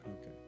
Okay